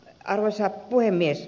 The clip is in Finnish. arvoisa puhemies